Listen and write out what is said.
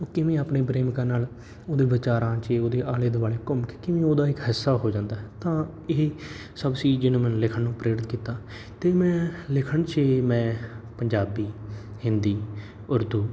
ਉਹ ਕਿਵੇਂ ਆਪਣੇ ਪ੍ਰੇਮਿਕਾ ਨਾਲ ਉਹਦੇ ਵਿਚਾਰਾਂ 'ਚ ਉਹਦੇ ਆਲੇ ਦੁਆਲੇ ਘੁੰਮ ਕੇ ਕਿਵੇਂ ਉਹਦਾ ਇੱਕ ਹਿੱਸਾ ਹੋ ਜਾਂਦਾ ਤਾਂ ਇਹ ਸਭ ਸੀ ਜਿਹਨੇ ਮੈਨੂੰ ਲਿਖਣ ਨੂੰ ਪ੍ਰੇਰਿਤ ਕੀਤਾ ਅਤੇ ਮੈਂ ਲਿਖਣ 'ਚ ਹੀ ਮੈਂ ਪੰਜਾਬੀ ਹਿੰਦੀ ਉਰਦੂ